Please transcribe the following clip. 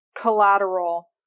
collateral